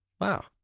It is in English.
wow